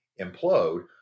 implode